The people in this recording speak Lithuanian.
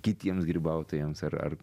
kitiems grybautojams ar ar